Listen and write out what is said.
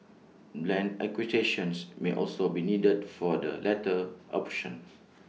land acquisitions may also be needed for the latter option